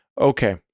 okay